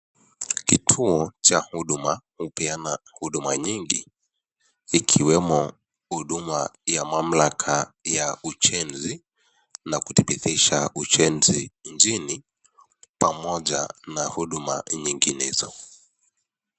Kituo cha huduma, hupeana huduma nyingi, ikiwemo huduma ya mamlaka ya ujenzi na kudhibitisha ujenzi nchini, pamoja na huduma nyinginezo.